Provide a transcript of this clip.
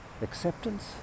acceptance